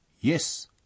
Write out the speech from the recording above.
Yes